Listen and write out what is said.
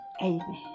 Amen